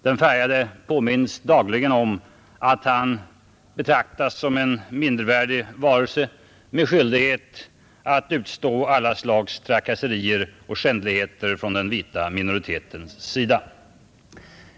Den färgade påminns dagligen om att han betraktas som en mindervärdig varelse med skyldighet att utstå alla slags trakasserier och skändligheter från den vita minoritetens sida.